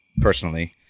personally